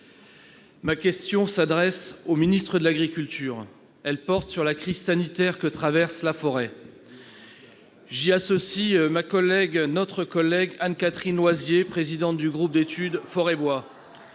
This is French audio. Ma question s'adresse au ministre de l'agriculture. Elle porte sur la crise sanitaire que traverse la forêt ; j'y associe notre collègue Anne-Catherine Loisier, présidente du groupe d'études Forêt